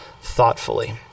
thoughtfully